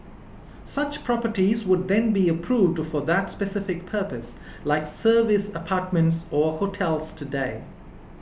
such properties would then be approved for that specific purpose like service apartments or hotels today